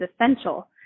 essential